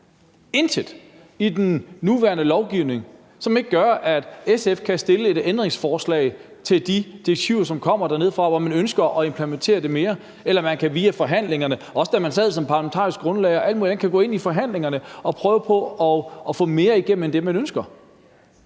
intet – i den nuværende lovgivning, som gør, at SF ikke kan stille et ændringsforslag til de direktiver, som kommer dernedefra, hvor man ønsker at implementere det mere, eller man kan via forhandlingerne, det kunne man også, da man sad som parlamentarisk grundlag, og alt muligt andet, kan gå ind i forhandlingerne og prøve på at få mere igennem. Men kan